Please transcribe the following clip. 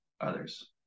others